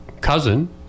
cousin